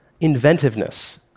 inventiveness